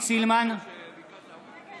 אינה נוכחת עלי סלאלחה, נגד בצלאל סמוטריץ'